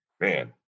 man